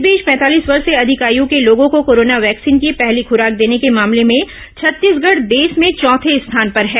इस बीच पैंतालीस वर्ष से अधिक आयु के लोगों को कोरोना वैक्सीन की पहली खूराक देने के मामले में छत्तीसगढ़ देश में चौथे स्थान पर है